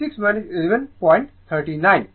সুতরাং 26 11 পয়েন্ট 39